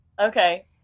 Okay